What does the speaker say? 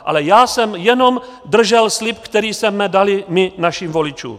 Ale já jsem jenom držel slib, který jsme dali my našim voličům.